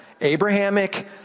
abrahamic